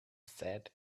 said